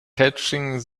catching